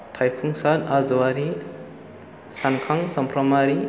थायफुंसार हाज'वारि सानखां समफ्रामारि